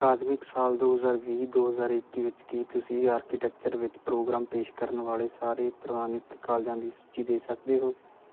ਅਕਾਦਮਿਕ ਸਾਲ ਦੋ ਹਜ਼ਾਰ ਵੀਹ ਦੋ ਹਜ਼ਾਰ ਇੱਕੀ ਵਿੱਚ ਕੀ ਤੁਸੀਂ ਆਰਕੀਟੈਕਚਰ ਵਿੱਚ ਪ੍ਰੋਗਰਾਮ ਪੇਸ਼ ਕਰਨ ਵਾਲੇ ਸਾਰੇ ਪ੍ਰਵਾਨਿਤ ਕਾਲਜਾਂ ਦੀ ਸੂਚੀ ਦੇ ਸਕਦੇ ਹੋ